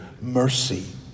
mercy